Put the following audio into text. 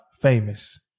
famous